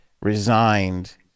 resigned